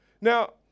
Now